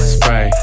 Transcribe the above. Spray